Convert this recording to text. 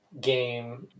game